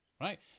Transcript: Right